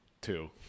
two